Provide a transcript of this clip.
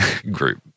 group